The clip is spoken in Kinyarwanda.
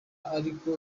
ariko